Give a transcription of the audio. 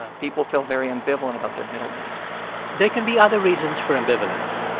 people feel very ambivalent about their middle name there can be other reasons for ambivalence.